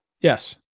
Yes